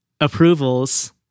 approvals